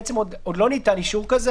בעצם עוד לא ניתן אישור כזה.